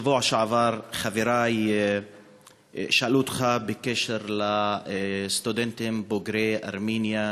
בשבוע שעבר חברי שאלו אותך בקשר לסטודנטים בוגרי ארמניה,